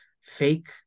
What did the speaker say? fake